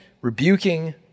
rebuking